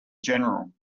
general